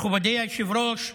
מכובדי היושב-ראש,